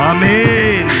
Amen